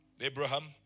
Abraham